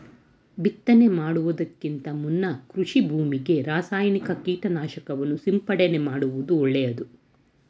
ಬಿತ್ತನೆ ಮಾಡುವುದಕ್ಕಿಂತ ಮುನ್ನ ಕೃಷಿ ಭೂಮಿಗೆ ರಾಸಾಯನಿಕ ಕೀಟನಾಶಕವನ್ನು ಸಿಂಪಡಣೆ ಮಾಡುವುದು ಒಳ್ಳೆದು